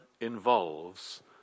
involves